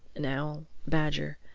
an owl, a badger,